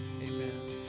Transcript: amen